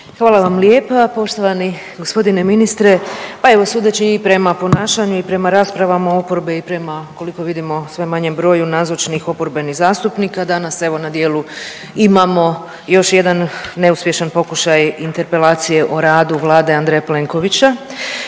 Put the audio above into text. Hvala vam lijepa. Poštovani g. ministre. Pa evo sudeći i prema ponašanju i prema raspravama oporbe i prema koliko vidimo sve manjem broju nazočnih oporbenih zastupnika danas evo na dijelu imamo još jedan neuspješan pokušaj interpelacije o radu Vlade Andreja Plenkovića.